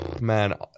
man